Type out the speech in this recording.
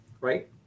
right